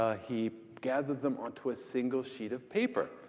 ah he gathered them onto a single sheet of paper.